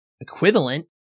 equivalent